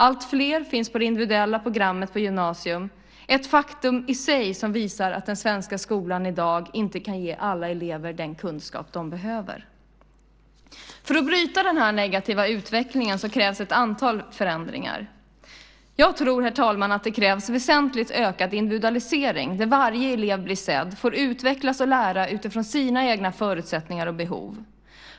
Alltfler finns på det individuella programmet på gymnasiet, ett faktum som i sig visar att den svenska skolan i dag inte kan ge alla elever den kunskap de behöver. För att bryta den här negativa utvecklingen krävs ett antal förändringar. Jag tror, herr talman, att det krävs väsentligt ökad individualisering där varje elev blir sedd och får utvecklas och lära utifrån sina egna förutsättningar och behov.